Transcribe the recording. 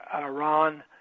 Iran